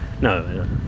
No